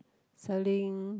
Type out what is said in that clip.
selling